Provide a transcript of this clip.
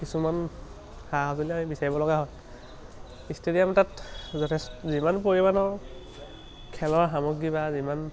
কিছুমান সা সঁজুলি আমি বিচাৰিব লগা হয় ষ্টেডিয়াম তাত যথেষ্ট যিমান পৰিমাণৰ খেলৰ সামগ্ৰী বা যিমান